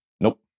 Nope